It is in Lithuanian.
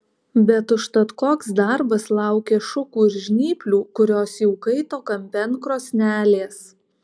bet užtat koks darbas laukė šukų ir žnyplių kurios jau kaito kampe ant krosnelės